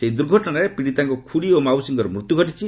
ସେହି ଦୁର୍ଘଟଣାରେ ପୀଡ଼ିତାଙ୍କ ଖୁଡ଼ୀ ଓ ମାଉସୀଙ୍କର ମୃତ୍ୟୁ ଘଟିଛି